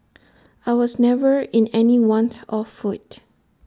I was never in any want of food